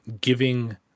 giving